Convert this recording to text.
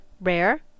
Rare